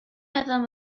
meddwl